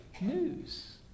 news